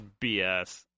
bs